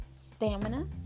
Stamina